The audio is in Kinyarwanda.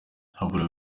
habura